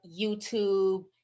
YouTube